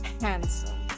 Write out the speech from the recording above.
handsome